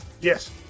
Yes